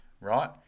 right